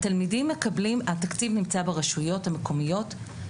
התקציב נמצא ברשויות המקומיות.